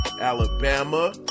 Alabama